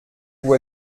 vous